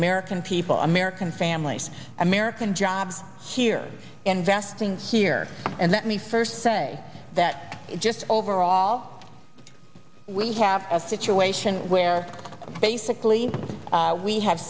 american people american families american jobs here investing here and let me first say that just overall we have a situation where basically we have